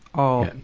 all.